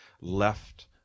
left